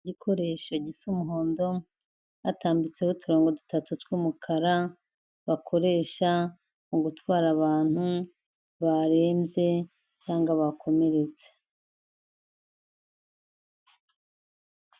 Igikoresho gisa umuhondo hatambitseho uturongo dutatu tw'umukara, bakoresha mu gutwara abantu barembye cyangwa bakomeretse.